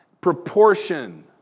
proportion